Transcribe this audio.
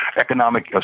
economic